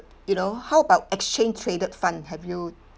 you know how about exchange traded fund have you